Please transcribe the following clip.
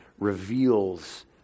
reveals